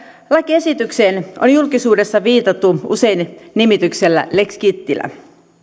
lakiesitykseen on julkisuudessa viitattu usein nimityksellä lex kittilä